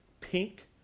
pink